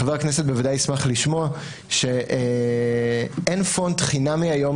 חבר הכנסת בוודאי ישמח לשמוע שאין פונט חינמי היום